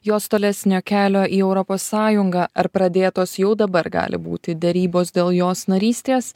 jos tolesnio kelio į europos sąjungą ar pradėtos jau dabar gali būti derybos dėl jos narystės